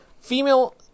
Female